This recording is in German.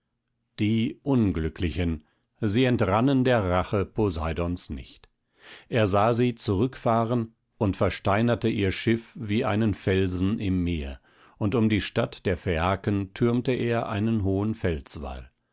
die unglücklichen sie entrannen der rache poseidons nicht er sah sie zurückfahren und versteinerte ihr schiff wie einen felsen im meer und um die stadt der phäaken türmte er einen hohen